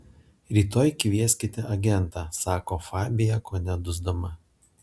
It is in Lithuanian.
rytoj kvieskite agentą sako fabija kone dusdama